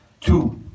Two